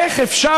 איך אפשר,